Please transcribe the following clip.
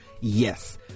Yes